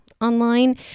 online